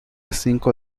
cinco